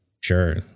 Sure